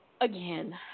again